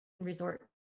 resort